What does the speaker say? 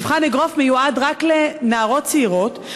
מבחן האגרוף מיועד רק לנערות צעירות,